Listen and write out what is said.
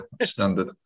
standard